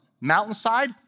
Mountainside